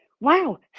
Wow